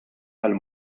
tal